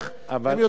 הם עוברים,